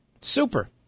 Super